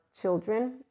children